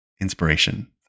inspiration